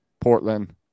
Portland